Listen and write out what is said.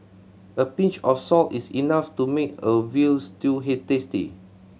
a pinch of salt is enough to make a veal stew he tasty